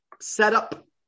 setup